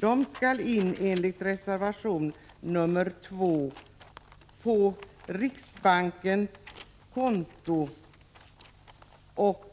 De skall enligt reservation 2 in på konto i riksbanken och